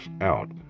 out